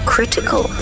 Critical